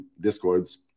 Discords